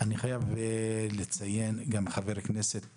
אני מתכבד לפתוח את